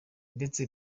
ndetse